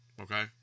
Okay